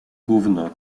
gówno